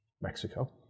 Mexico